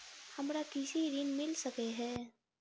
हमरा कृषि ऋण मिल सकै है?